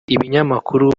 ibinyamakuru